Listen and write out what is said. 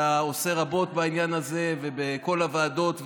אתה עושה רבות בעניין הזה בכל הוועדות,